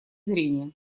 зрения